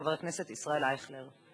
חבר הכנסת ישראל אייכלר,